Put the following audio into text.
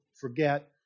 forget